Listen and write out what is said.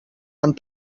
amb